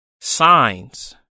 Signs